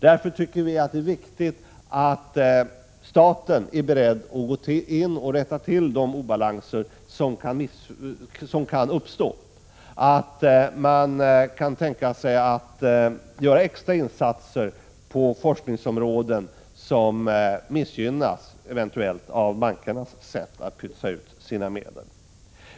Därför ser vi det som angeläget att staten är beredd att gå in och rätta till de obalanser som kan uppstå genom att exempelvis göra extra insatser på forskningsområden som eventuellt missgynnas av bankernas sätt att pytsa ut sina medel.